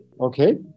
Okay